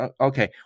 okay